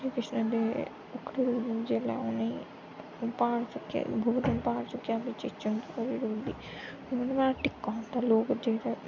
केह् किश करदे जेल्लै उ'नें ई प्हाड़ चुक्केआ गोवर्धन प्हाड़ चुक्केआ बिच ओहदे बाद टिक्का होंदा लोग जेह्ड़े